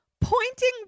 pointing